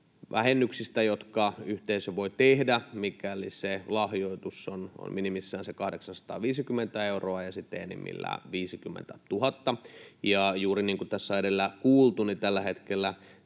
vähennyksistä, jotka yhteisö voi tehdä, mikäli se lahjoitus on minimissään sen 850 euroa ja enimmillään 50 000. Juuri niin kuin tässä edellä on kuultu, niin tällä hetkellä